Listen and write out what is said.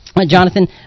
Jonathan